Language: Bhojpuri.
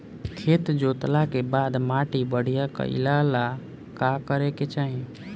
खेत जोतला के बाद माटी बढ़िया कइला ला का करे के चाही?